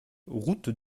route